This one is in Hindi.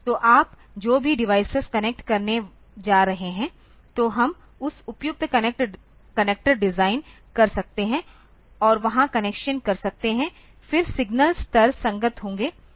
तो आप जो भी डिवाइस कनेक्ट करने जा रहे हैं तो हम एक उपयुक्त कनेक्टर डिजाइन कर सकते हैं और वहां कनेक्शन कर सकते हैं फिर सिग्नल स्तर संगत होंगे